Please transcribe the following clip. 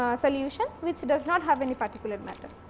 ah solution which does not have any particular matter.